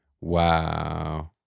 Wow